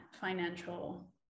financial